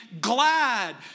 glad